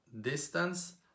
distance